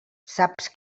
saps